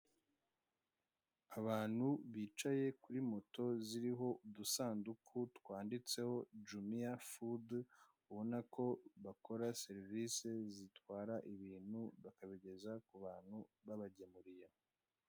Abantu bicaye kuri moto ziriho udusanduku twanditseho jumiya fudu, ubona ko bakora serivisi zitwara ibintu bakabigeza ku bantu babagemuriye.